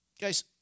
Guys